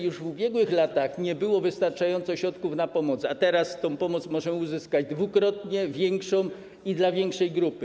Już w ubiegłych latach nie było wystarczających środków na pomoc, a teraz tę pomoc można uzyskać dwukrotnie większą i dla większej grupy.